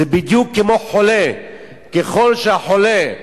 זה בדיוק כמו חולה, ככל שהחולה,